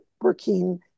working